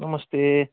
नमस्ते